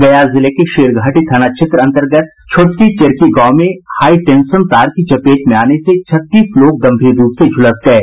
गया जिले के शेरघाटी थाना क्षेत्र अन्तर्गत छोटकी चेरकी गांव में हाईटेंशन तार की चपेट में आने से छत्तीस लोग गम्भीर रूप से झुलस गये